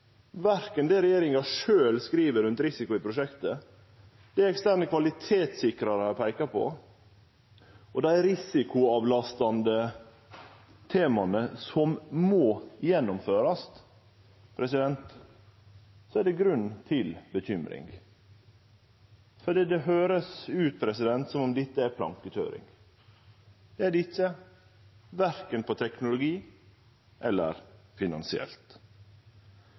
verken det regjeringa sjølv skriv om risiko i prosjektet, det eksterne kvalitetssikrarar peikar på, eller dei risikoavlastande temaa som må gjennomførast, er det grunn til bekymring. Det høyrest ut som om dette er plankekøyring. Det er det ikkje, verken når det gjeld teknologi, eller finansielt.